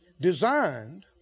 Designed